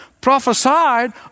prophesied